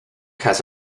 has